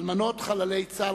אלמנות חללי צה"ל,